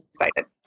excited